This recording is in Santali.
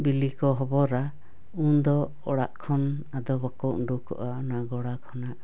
ᱵᱤᱞᱤ ᱠᱚ ᱦᱚᱵᱚᱨᱟ ᱩᱱᱫᱚ ᱚᱲᱟᱜ ᱠᱷᱚᱱ ᱟᱫᱚ ᱵᱟᱠᱚ ᱩᱰᱩᱠᱚᱜᱼᱟ ᱚᱱᱟ ᱜᱚᱲᱟ ᱠᱷᱚᱱᱟᱜ